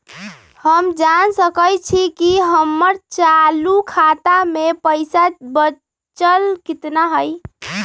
हम जान सकई छी कि हमर चालू खाता में पइसा बचल कितना हई